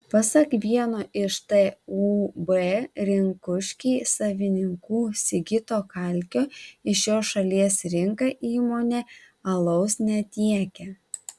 pasak vieno iš tūb rinkuškiai savininkų sigito kalkio į šios šalies rinką įmonė alaus netiekia